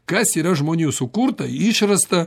kas yra žmonių sukurta išrasta